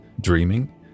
dreaming